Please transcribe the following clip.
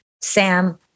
Sam